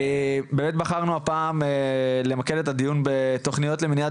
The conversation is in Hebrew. באמת בחרנו הפעם למקד את הדיון בתוכניות למניעת